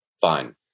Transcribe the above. Fine